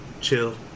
chill